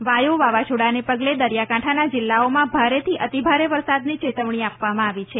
વાયુ વાવાઝોડાને પગલે દરિયાકાંઠાના જિલ્લાઓમાં ભારેથી અતિભારે વરસાદની ચેતવણી આપવામાં આવી છે